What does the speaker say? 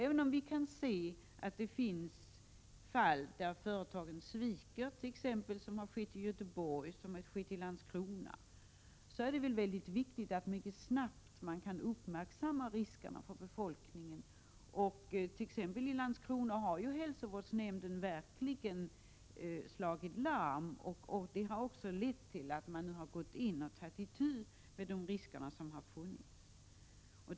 Även om vi kan se att det finns fall där företagen sviker, såsom skett t.ex. i Göteborg och i Landskrona, är det mycket viktigt att riskerna för befolkningen mycket snabbt kan uppmärksammas. I Landskronat.ex. slog ju hälsovårdsnämnden verkligen larm, vilket också ledde till att man nu har tagit itu med de risker som funnits.